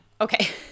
Okay